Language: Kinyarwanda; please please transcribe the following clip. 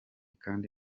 kandi